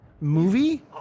movie